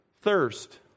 thirst